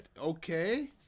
Okay